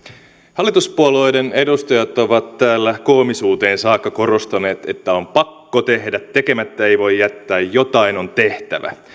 hallituspuolueiden edustajat ovat täällä koomisuuteen saakka korostaneet että on pakko tehdä tekemättä ei voi jättää jotain on tehtävä